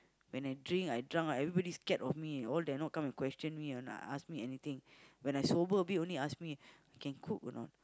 when I drink I drunk right everybody scared of me all dare not come and question me or ask me anything when I sober a bit only they ask me